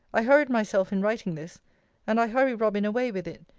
i hurried myself in writing this and i hurry robin away with it,